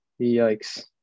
yikes